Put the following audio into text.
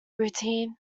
routine